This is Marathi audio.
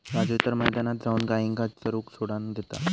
राजू तर मैदानात जाऊन गायींका चरूक सोडान देता